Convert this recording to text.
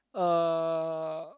uh